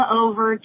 over